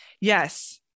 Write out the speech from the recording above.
yes